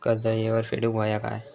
कर्ज येळेवर फेडूक होया काय?